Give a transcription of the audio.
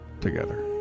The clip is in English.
together